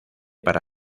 para